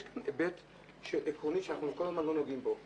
יש כאן היבט עקרוני שאנחנו כל הזמן לא נוגעים בו,